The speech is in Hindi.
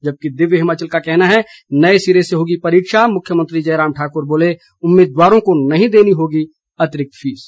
जबकि दिव्य हिमाचल का कहना है नए सिरे से होगी परीक्षा मुख्यमंत्री जयराम ठाकुर बोले उम्मीदवारों को नहीं देनी होगी अतिरिक्त फीस